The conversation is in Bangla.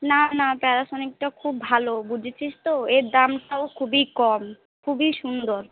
না না প্যারাসোনিকটা খুব ভালো বুঝেছিস তো এর দামটাও খুবই কম খুবই সুন্দর